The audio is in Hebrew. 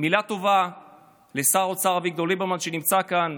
מילה טובה לשר האוצר אביגדור ליברמן, שנמצא כאן,